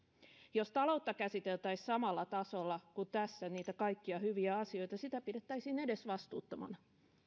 jos taloutta käsiteltäisiin samalla tasolla kuin tässä niitä kaikkia hyviä asioita sitä pidettäisiin edesvastuuttomana